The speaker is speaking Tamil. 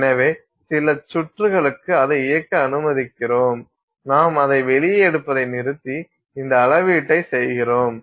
எனவே சில சுற்றுகளுக்கு அதை இயக்க அனுமதிக்கிறோம் நாம் அதை வெளியே எடுப்பதை நிறுத்தி இந்த அளவீட்டை செய்கிறோம்